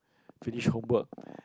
finish homework